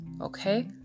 okay